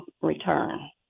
return